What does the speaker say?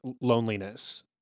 loneliness